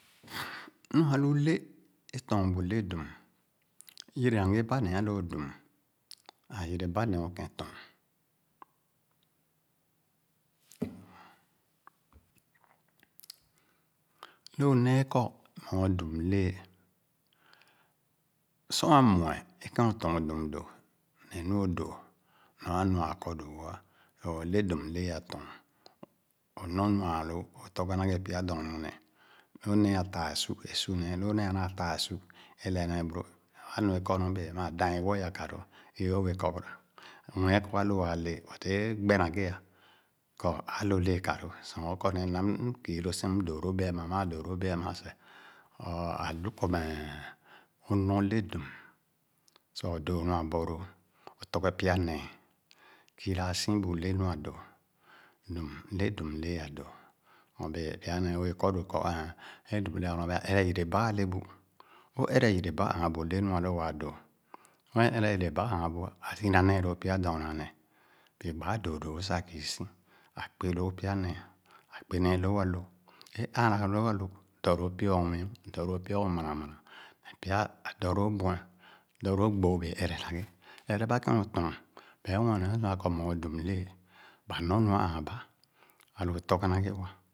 Nua lu le, é lɔ̄ɔ̄n bu ledum, yere na ghe ba ne’a alóó dum, ā yerebà ne o’ ketɔn. Lo néé kɔ meh o’ dum lee, sor a’mue é kēn o’ tɔɔn dum dō neh nu o’dōō, nee nua a’kɔ dōō wó’a. So le dum lee a’ lɔ̄ɔn, o’nɔ nu āān lóó o’ tɔghe na ghe pya dɔɔna neh. Lo néé a’taa e’su, a’su, lo nee anaa taa é’su ē lɛɛ nee borò. Ābà nu e’kɔ nɔ béé maa dāen i’wo ya ka’lōō, i-é o’bēē kɔ gara. Mue é kɔ alō āā lee but é ghɛ ā kɔ alō lee ka’lōō sah o’kɔne m’ns m’ku lóó si ama, m’dōō lóó bee’ms, maa dōō lóó bee’ma seh. ɔ’e alu kɔ meh o nɔ le dum sah o’dōō nu abɔlōō, o’tɔghe pya néé. Kiirasi bu le nu a’dóó. Dum, le dum lee a’dóó nyorbee pya néé wèè kɔ dō kɔ āē, a’lu e dum nɔ kɔ a’ere yerebà ale bu. O’ere yerebà naa bu le nu alō waa dóó. Wɛn ere yerebà āān bu’a, bu’a, ā iba nee lōō pya dɔɔna nej, bi gbaa dōō dō wò-sah kiisi. Akpè lóó pya néé, ākpè nee lóó a’lō. Ā ààra lō o’lo dɔ lóó pya nwii, dɔ lóó pya o’mana mana nehpya, ā dɔ lōō bueh, dɔ lōō gbo o’bēē ere na ghe. ɛrɛba kēn o’tɔɔn bae mueh sna kɔ meh o’dum lee. Ba’e nɔ nu a’ āān ba, alō o’ tɔghe nee wa